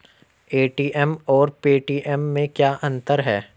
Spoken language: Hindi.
ए.टी.एम और पेटीएम में क्या अंतर है?